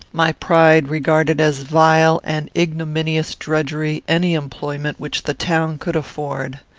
my pride regarded as vile and ignominious drudgery any employment which the town could afford.